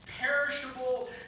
perishable